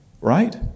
Right